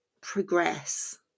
progress